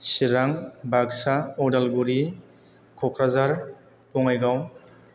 Chirang Baksa Udalguri Kokrajhar Bongaigaon